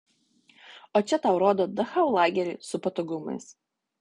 o čia tau rodo dachau lagerį su patogumais